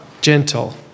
Gentle